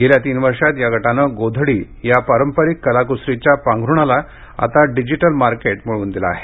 गेल्या तीन वर्षात या गटानं गोधडी या पारंपारीक कलाकुसरीच्या पांघरुणाला आता डिजीटल मार्केंट मिळवल आहे